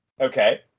okay